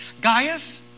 Gaius